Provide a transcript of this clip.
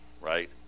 right